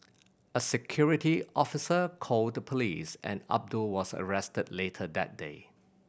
a security officer called the police and Abdul was arrested later that day